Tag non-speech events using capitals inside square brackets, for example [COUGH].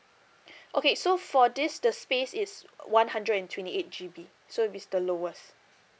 [BREATH] okay so for this the space is one hundred and twenty eight G_B so is the lowest